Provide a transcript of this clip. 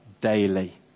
daily